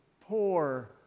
poor